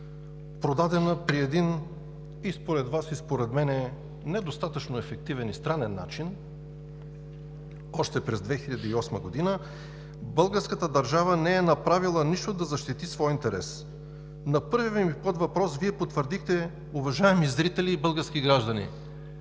според мен недостатъчно ефективен и странен начин, още през 2008 г. българската държава не е направила нищо, за да защити своя интерес. На първия ми подвъпрос Вие потвърдихте, уважаеми зрители и български граждани,